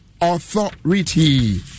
Authority